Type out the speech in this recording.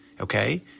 Okay